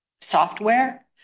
software